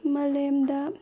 ꯃꯥꯂꯦꯝꯗ